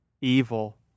evil